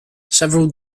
several